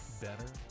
Better